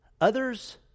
Others